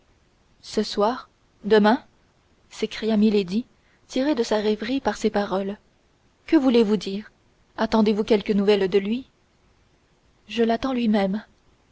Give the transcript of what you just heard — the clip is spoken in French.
ce soir demain s'écria milady tirée de sa rêverie par ces paroles que voulez-vous dire attendez-vous quelque nouvelle de lui je l'attends lui-même